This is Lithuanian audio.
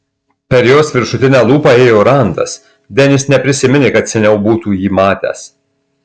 per jos viršutinę lūpą ėjo randas denis neprisiminė kad seniau būtų jį matęs